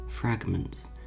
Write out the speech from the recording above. Fragments